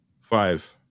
Five